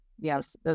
Yes